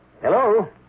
Hello